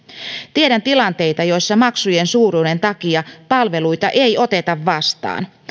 tiedän tilanteita joissa maksujen suuruuden takia palveluita ei oteta vastaan